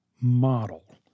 model